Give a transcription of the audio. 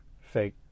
Fake